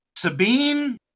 Sabine